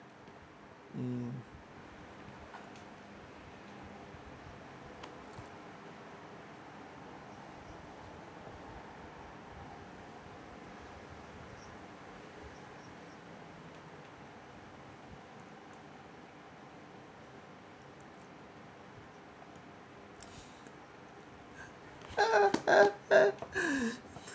mm